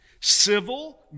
Civil